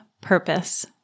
purpose